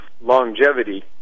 longevity